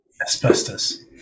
Asbestos